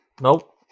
Nope